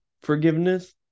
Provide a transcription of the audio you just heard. forgiveness